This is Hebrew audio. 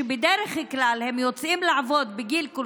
שבדרך כלל הם יוצאים לעבוד בגיל כל